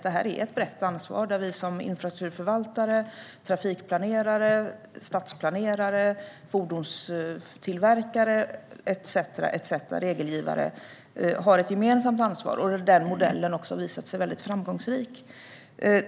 Det är ett brett ansvar där vi som infrastrukturförvaltare, trafikplanerare, stadsplanerare, fordonstillverkare, regelgivare etcetera har ett gemensamt ansvar. Den modellen har också visat sig vara framgångsrik.